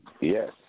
Yes